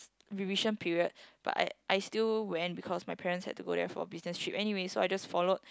revision period but I I still went because my parents had to go there for business trip anyway so I just followed